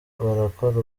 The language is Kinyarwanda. barakora